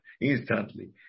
instantly